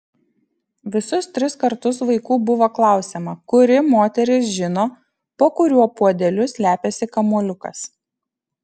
visus tris kartus vaikų buvo klausiama kuri moteris žino po kuriuo puodeliu slepiasi kamuoliukas